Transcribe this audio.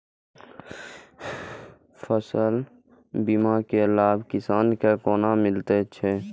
फसल बीमा के लाभ किसान के कोना मिलेत अछि?